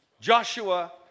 Joshua